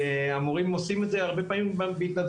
המורים עושים את זה הרבה פעמים בהתנדבות,